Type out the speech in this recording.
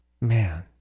Man